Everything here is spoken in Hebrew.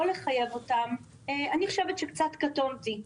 צריך לחייב אותן אני חושבת שקצת קטונתי.